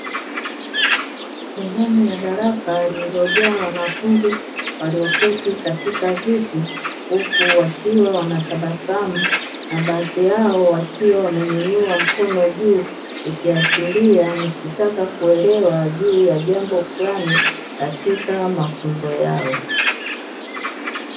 Sehemu ya darasa lililojaa wanafunzi walioketi katika viti huku wakiwa wanatabasamu na baadhi yao wakiwa wamenyanyua mkono juu ikiashiria ni kutaka kuelewa juu ya jambo fulani katika mafunzo yao.